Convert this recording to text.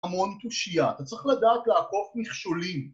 ‫המון תושייה. ‫אתה צריך לדעת לעקוף מכשולים.